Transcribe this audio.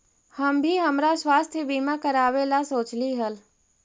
हम भी हमरा स्वास्थ्य बीमा करावे ला सोचली हल